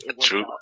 true